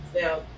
Now